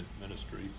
ministry